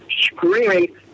screaming